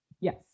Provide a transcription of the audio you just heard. Yes